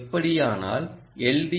அப்படியானால் எல்